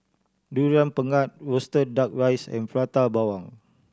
Durian Pengat roasted Duck Rice and Prata Bawang